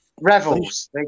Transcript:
Revels